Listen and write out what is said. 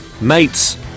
Mates